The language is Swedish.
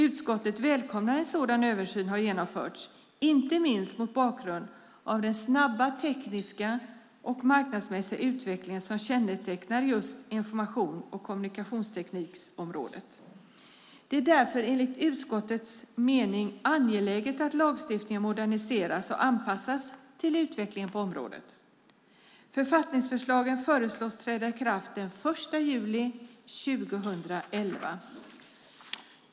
Utskottet välkomnar att en sådan översyn har genomförts, inte minst mot bakgrund av den snabba tekniska och marknadsmässiga utveckling som kännetecknar just informations och kommunikationsteknikområdet. Det är därför enligt utskottets mening angeläget att lagstiftningen moderniseras och anpassas till utvecklingen på området. Författningsförslagen föreslås träda i kraft den 1 juli 2011.